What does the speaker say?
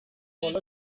بالا